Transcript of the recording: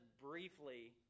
briefly